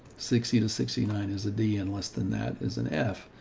sixty to sixty nine is a d, and less than that is an f.